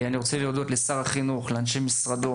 אני רוצה להודות לשר החינוך ולאנשי משרדו